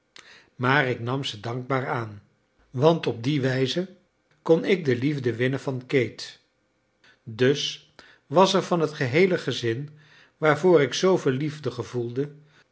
maar ik nam ze dankbaar aan want op die wijze kon ik de liefde winnen van kate dus was er van het geheele gezin waarvoor ik zooveel liefde gevoelde